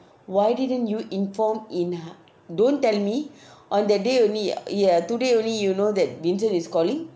why didn't you informed in he~ don't tell me on that day only ya today only you know that vincent is calling